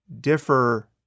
differ